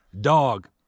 dog